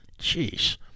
Jeez